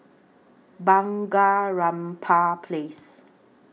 Bunga Rampai Place